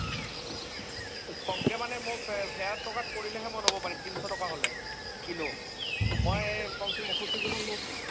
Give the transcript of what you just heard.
কমকৈ মানে মোক সেইয়াৰ টকাত কৰিলেহে মই লব পাৰিম তিনিশ টকা হ'লে কিলো মই কমচে কম এশ কেজি মান ল'ম